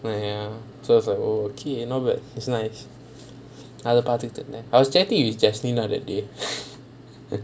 but ya so it's like oh okay not bad it's nice அத பாத்துட்டு இருந்தேன்:atha paathutu irunthaen I was chatting with jasmine ah that day